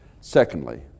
Secondly